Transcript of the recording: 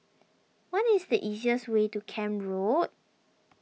what is the easiest way to Camp Road